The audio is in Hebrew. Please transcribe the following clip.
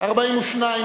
סעיפים 1 2 נתקבלו.